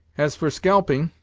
as for scalping,